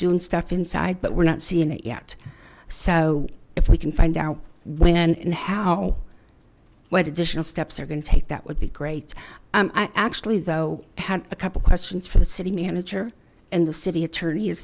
doing stuff inside but we're not seeing it yet so if we can find out when and how what additional steps are gonna take that would be great i actually though had a couple questions for the city manager and the city attorney is